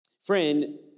Friend